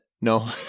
no